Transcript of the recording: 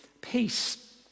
peace